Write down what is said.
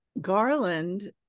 Garland